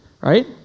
right